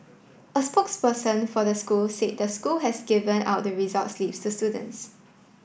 a spokesperson for the school say the school has given out the results slips to students